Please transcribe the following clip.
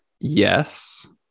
yes